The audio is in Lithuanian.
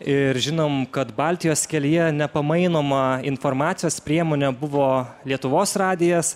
ir žinom kad baltijos kelyje nepamainoma informacijos priemonė buvo lietuvos radijas